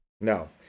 No